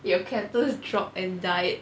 your cactus dropped and died